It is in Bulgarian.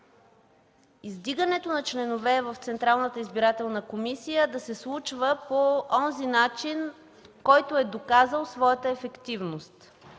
издигането на членове в Централната избирателна комисия да се случва по онзи начин, който е доказал своята ефективност,